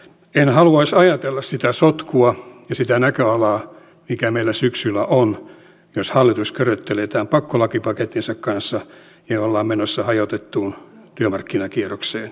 en haluaisi ajatella sitä sotkua ja sitä näköalaa mikä meillä syksyllä on jos hallitus köröttelee tämän pakkolakipakettinsa kanssa ja ollaan menossa hajautettuun työmarkkinakierrokseen syksyllä